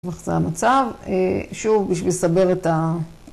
וכך זה המצב, שוב בשביל לסבר את ה...